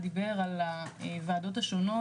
דיבר על הוועדות השונות,